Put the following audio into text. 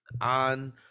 on